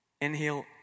Inhale